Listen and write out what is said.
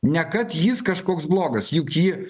ne kad jis kažkoks blogas juk ji